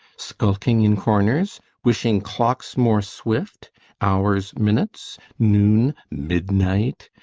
skulking in corners? wishing clocks more swift hours, minutes noon, midnight?